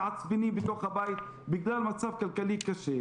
מתעצבנים בתוך הבית בגלל מצב כלכלי קשה,